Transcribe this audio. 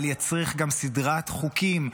אבל יצריך גם סדרת חוקים,